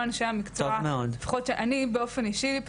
כל אנשי המקצוע ולפחות אני באופן אישי,